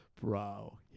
Bro